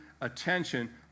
attention